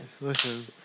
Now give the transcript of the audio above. Listen